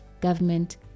government